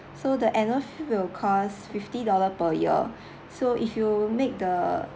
so the annual fee will cost fifty dollar per year so if you make the